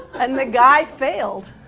and the guy failed.